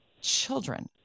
children